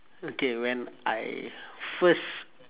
okay when I first